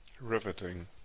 riveting